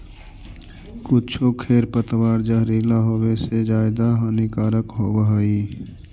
कुछो खेर पतवार जहरीला होवे से ज्यादा हानिकारक होवऽ हई